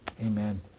Amen